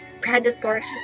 predators